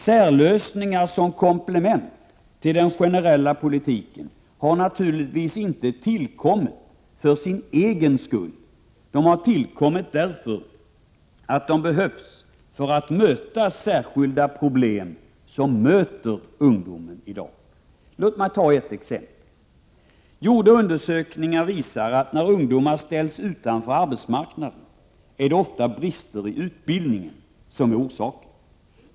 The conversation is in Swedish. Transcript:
Särlösningar som komplement till den generella politiken har naturligtvis inte tillkommit för sin egen skull, utan de har tillkommit därför att de behövs för att möta de särskilda problem som ungdomen i dag har. Låt mig ta ett exempel. Gjorda undersökningar visar att när ungdomar ställs utanför arbetsmarknaden, är det ofta brister i utbildningen som är orsaken.